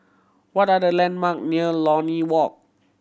what are the landmark near Lornie Walk